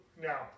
Now